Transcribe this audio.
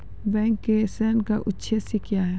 Bank के ऋण का उद्देश्य क्या हैं?